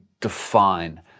define